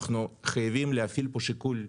אנחנו חייבים להפעיל פה שיקול דעת.